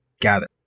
gather